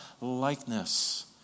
likeness